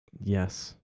yes